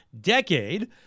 decade